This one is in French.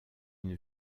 une